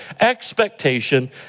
expectation